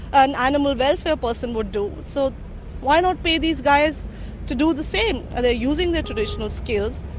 an animal welfare person would do, so why not pay these guys to do the same? they're using their traditional skills,